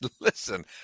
Listen